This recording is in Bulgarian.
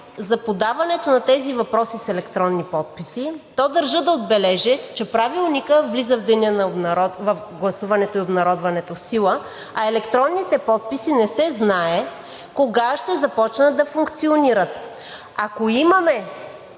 за подаването на тези въпроси с електронни подписи, то държа да отбележа, че Правилникът влиза в сила в деня на гласуването и обнародването, а електронните подписи не се знае кога ще започнат да функционират. Ако имаме